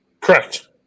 correct